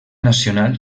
nacional